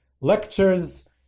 lectures